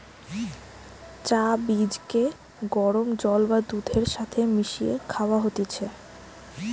চা বীজকে গরম জল বা দুধের সাথে মিশিয়ে খায়া হতিছে